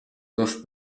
dos